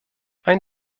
ein